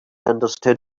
understood